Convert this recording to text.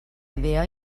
idea